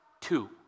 Two